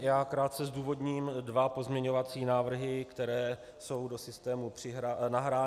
Já krátce zdůvodním dva pozměňovací návrhy, které jsou do systému nahrány.